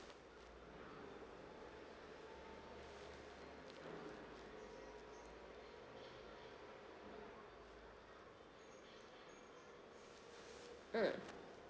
mm